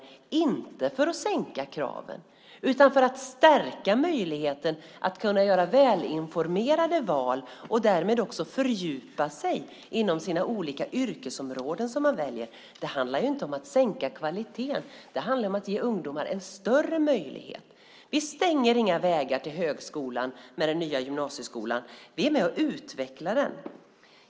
Det har vi inte för att sänka kraven utan för att stärka möjligheten att göra välinformerade val och därmed också fördjupa sig inom de olika yrkesområden som man väljer. Det handlar inte om att sänka kvaliteten. Det handlar om att ge ungdomar en större möjlighet. Vi stänger inga vägar till högskolan med den nya gymnasieskolan. Vi är med och utvecklar den.